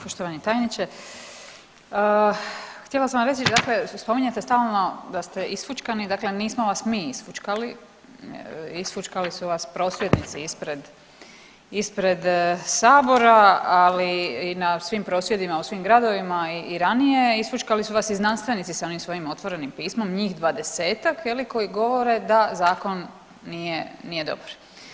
Poštovani tajniče, htjela sam vam reći, dakle spominjete stalno da ste isfućkani, dakle nismo vas mi isfućkali, isfućkali su vas prosvjednici ispred Sabora, ali i na svim prosvjedima u svim gradovima i ranije, isfućkali su vas i znanstvenici sa onim svojim otvorenim pismom, njih 20-ak, je li, koji govore da Zakon nije dobar.